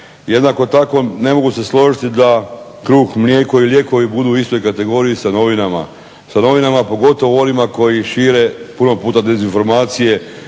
Jednako tako ne mogu se složiti da kruh, mlijeko i lijekovi budu u istoj kategoriji sa novinama, pogotovo onima koji šire puno puta dezinformacije